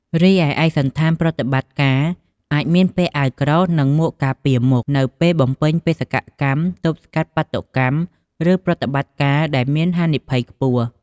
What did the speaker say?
រីឯឯកសណ្ឋានប្រតិបត្តិការ អាចមានពាក់អាវក្រោះ និងមួកការពារមុខ នៅពេលបំពេញបេសកកម្មទប់ស្កាត់បាតុកម្ម ឬប្រតិបត្តិការដែលមានហានិភ័យខ្ពស់។